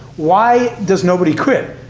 why does nobody quit?